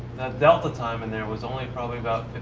delta time in there was only probably about